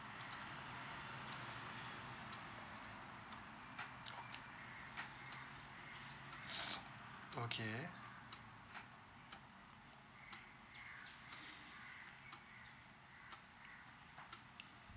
okay